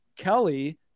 Kelly